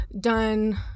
done